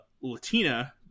latina